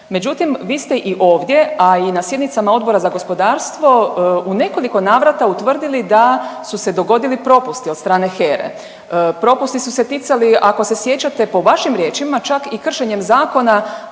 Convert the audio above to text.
Međutim, vi ste i ovdje, a i na sjednicama Odbora za gospodarstvo u nekoliko navrata utvrdili da su se dogodili propusti od strane HERA-e, propusti su se ticali ako se sjećate po vašim riječima čak i kršenjem zakona